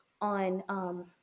on